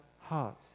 heart